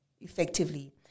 effectively